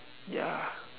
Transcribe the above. ya